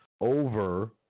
over